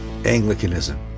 Anglicanism